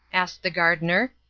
asked the gardener.